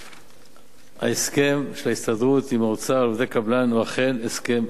ההסכם של ההסתדרות עם האוצר על עובדי קבלן הוא אכן הסכם היסטורי.